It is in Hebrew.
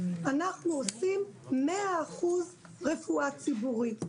אנחנו עושים 100% רפואה ציבורית.